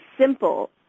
simple